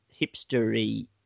hipstery